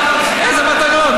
איזה מתנות?